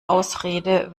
ausrede